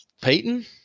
Peyton